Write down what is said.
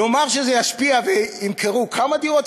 נאמר שזה ישפיע וימכרו כמה דירות.